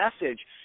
message